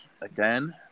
again